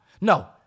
No